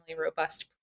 robust